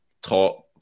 Talk